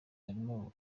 harimo